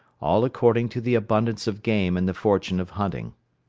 all according to the abundance of game and the fortune of hunting.